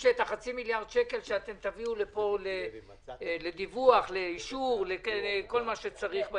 שכדי למנוע מצב שבו לא יתקבל אישור של הכנסת להפשרה של הכסף,